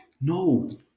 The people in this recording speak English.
no